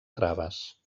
traves